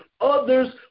others